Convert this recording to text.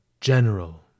general